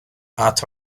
out